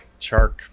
Chark